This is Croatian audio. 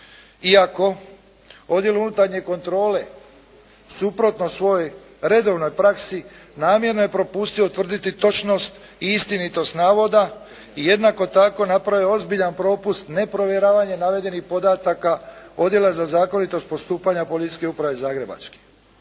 iako Odjel unutarnje kontrole suprotno svojoj redovnoj praksi namjerno je propustio utvrditi točnost i istinitost navoda i jednako tako napravio je ozbiljan propust neprovjeravanje navedenih podataka Odjela za zakonitost postupanja Policijske uprave Zagrebačke.